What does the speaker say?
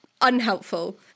unhelpful